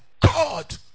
God